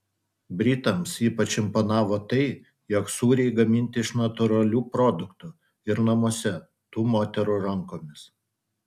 britams ypač imponavo tai jog sūriai gaminti iš natūralių produktų ir namuose tų moterų rankomis